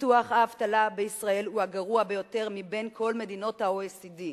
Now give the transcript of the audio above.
ביטוח האבטלה בישראל הוא הגרוע ביותר מבין כל מדינות ה-OECD.